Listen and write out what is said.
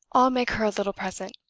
i'll make her a little present.